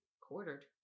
quartered